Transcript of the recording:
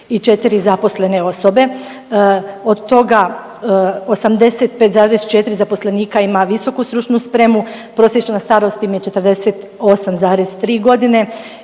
imaju 284 zaposlene osobe, od toga 85,4 zaposlenika ima visoku stručnu spremu, prosječna starost im je 48,3 godine